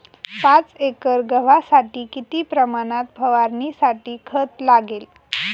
पाच एकर गव्हासाठी किती प्रमाणात फवारणीसाठी खत लागेल?